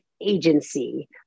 agency